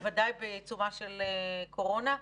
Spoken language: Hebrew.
בוודאי בעיצומה של קורונה,